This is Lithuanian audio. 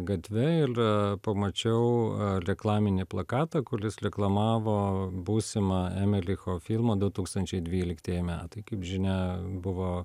gatve il pamačiau reklaminį plakatą kulis reklamavo būsimą emelicho filmą du tūkstančiai dvyliktieji metai kaip žinia buvo